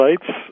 Sites